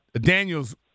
Daniels